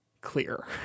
clear